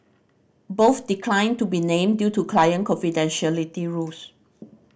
both declined to be named due to client confidentiality rules